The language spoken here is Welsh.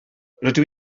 rydw